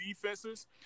defenses